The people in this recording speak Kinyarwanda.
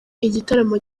igitaramo